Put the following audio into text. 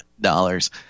dollars